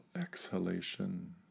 exhalation